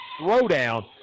throwdown